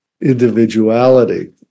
individuality